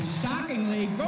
shockingly